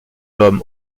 l’homme